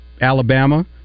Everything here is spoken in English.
Alabama